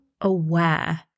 aware